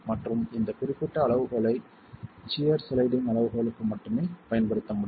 மற்றும் இந்த குறிப்பிட்ட அளவுகோலை சியர் சிளைடிங் அளவுகோலுக்கு மட்டுமே பயன்படுத்த முடியும்